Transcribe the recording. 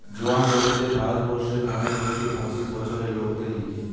জোয়ান লোকদের ভারত বর্ষে পনের হইতে পঁচিশ বছরের লোকদের লিগে